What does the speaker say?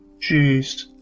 Jeez